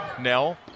Nell